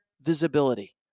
visibility